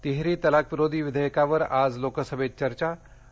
तिहेरी तलाकविरोधी विधेयकावर आज लोकसभेत चर्चा आणि